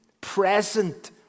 Present